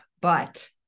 But-